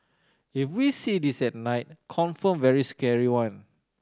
if we see this at night confirm very scary one